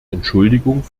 entschuldigung